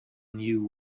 new